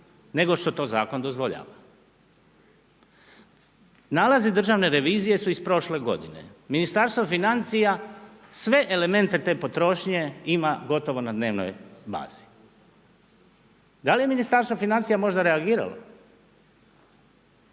nego što to zakon dozvoljava. Nalazi državne revizije su iz prošle godine. Ministarstvo financija sve elemente te potrošnje ima gotovo na dnevnoj bazi. Da li je Ministarstvo financija možda reagiralo?